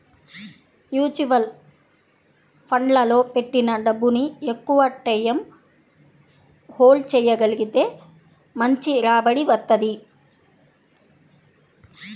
mutual ఫండ్లలో పెట్టిన డబ్బుని ఎక్కువటైయ్యం హోల్డ్ చెయ్యగలిగితే మంచి రాబడి వత్తది